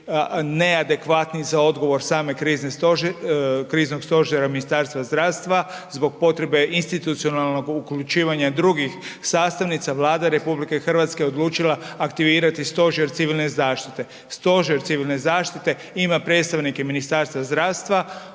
neadekvatni za odgovor samog Kriznog stožera Ministarstva zdravstva zbog potrebe institucionalnog uključivanja drugih sastavnica, Vlada RH je odlučila aktivirati Stožer civilne zaštite. Stožer civilne zaštite ima predstavnike Ministarstva zdravstva,